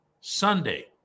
Sunday